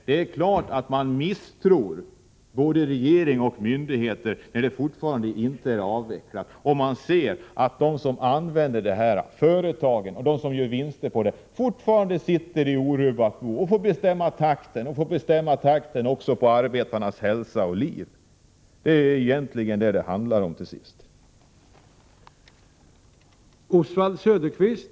Det är klart att man misstror både regering och myndigheter när användandet av asbest fortfarande inte är avvecklat och när man ser att de företag som använder asbest och de som gör vinster på det fortfarande sitter i orubbat bo, får bestämma takten på avvecklingen och också får bestämma över arbetarnas hälsa och liv. Det är egentligen detta det till sist handlar om.